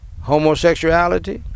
homosexuality